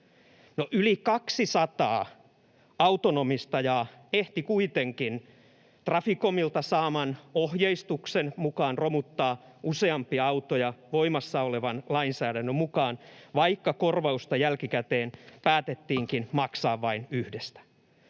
yli 200 autonomistajaa ehti kuitenkin Traficomilta saamansa ohjeistuksen mukaan romuttaa useampia autoja voimassa olevan lainsäädännön mukaan, vaikka korvausta jälkikäteen päätettiinkin maksaa vain yhdestä.